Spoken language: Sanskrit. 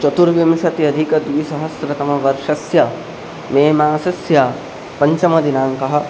चतुर्विंशत्यधिकद्विसहस्रतमवर्षस्य मे मासस्य पञ्चमदिनाङ्कः